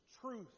truth